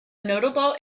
notable